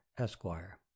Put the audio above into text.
Esquire